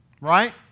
right